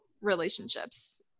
relationships